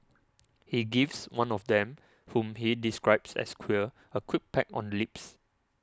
he gives one of them whom he describes as queer a quick peck on lips